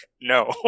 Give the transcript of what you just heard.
no